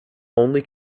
only